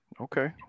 Okay